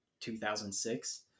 2006